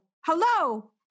hello